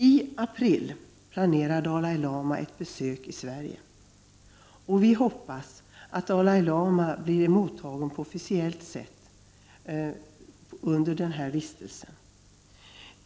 I april planerar Dalai Lama ett besök i Sverige, och vi hoppas att han blir mottagen på officiellt sätt under denna vistelse.